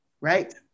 Right